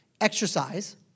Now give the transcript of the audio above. exercise